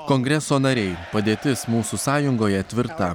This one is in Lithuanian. kongreso nariai padėtis mūsų sąjungoje tvirta